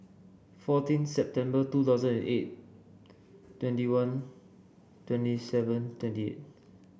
fourteen September two thousand and eight twenty one twenty seven twenty eight